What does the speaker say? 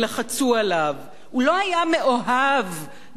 הוא לא היה מאוהב בתהליך השלום.